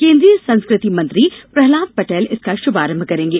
केन्द्रीय संस्कृति मंत्री पृहलाद पटेल इसका शुभारंभ करेंगे